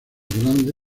grande